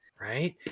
Right